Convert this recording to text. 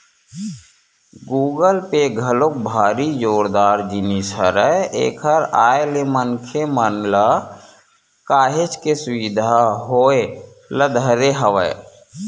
Google Pay घलोक भारी जोरदार जिनिस हरय एखर आय ले मनखे मन ल काहेच के सुबिधा होय ल धरे हवय